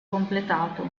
completato